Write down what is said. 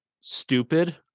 stupid